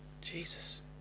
Jesus